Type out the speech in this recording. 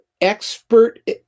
expert